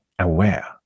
aware